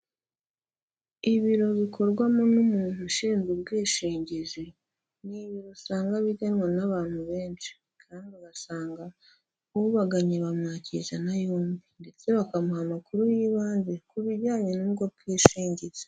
Ibiro bikorwamo n'umuntu ushinzwe ubwishingizi, ni ibiro usanga biganwa n'abantu benshi kandi ugasanga ubagannye bamwakirana yombi ndetse bakamuha amakuru y'ibanze ku bijyanye n'ubwo bwishingizi.